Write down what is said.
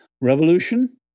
revolution